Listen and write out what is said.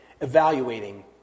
evaluating